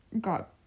got